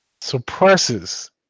suppresses